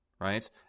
Right